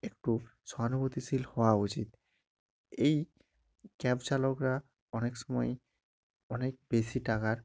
একটু সহানুভূতিশীল হওয়া উচিত এই ক্যাব চালকরা অনেক সময় অনেক বেশি টাকার